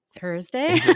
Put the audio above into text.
thursday